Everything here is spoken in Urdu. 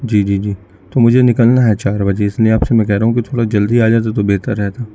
جی جی جی تو مجھے نکلنا ہے چار بجے اس لیے آپ سے میں کہہ رہا ہوں کہ تھوڑا جلدی آ جاتے تو بہتر رہتا